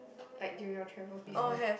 like during your travels before